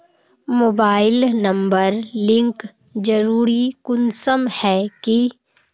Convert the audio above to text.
Mobile number link जरुरी कुंसम है की?